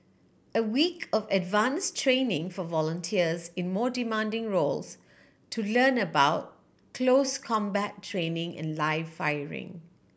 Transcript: a week of advance training for volunteers in more demanding roles to learn about close combat training and live firing